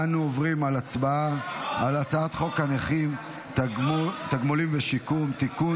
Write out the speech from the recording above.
אנו עוברים להצבעה על הצעת חוק הנכים (תגמולים ושיקום) (תיקון,